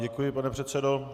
Děkuji vám, pane předsedo.